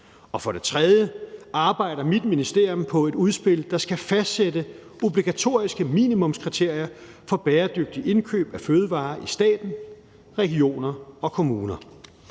Og for det tredje arbejder mit ministerium på et udspil, der skal fastsætte obligatoriske minimumskriterier for bæredygtige indkøb af fødevarer i stat, regioner og kommuner.